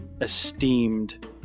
esteemed